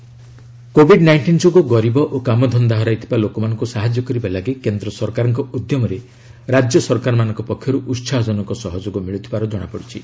TRIFED advisory covid nineteen ଯୋଗୁଁ ଗରିବ ଓ କାମଧନ୍ଦା ହରାଇଥିବା ଲୋକମାନଙ୍କୁ ସାହାଯ୍ୟ କରିବା ଲାଗି କେନ୍ଦ୍ର ସରକାରଙ୍କ ଉଦ୍ୟମରେ ରାଜ୍ୟ ସରକାରମାନଙ୍କ ପକ୍ଷରୁ ଉତ୍ସାହ ଜନକ ସହଯୋଗ ମିଳୁଥିବାର ଜଣାପଡ଼ିଛି